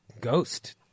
ghost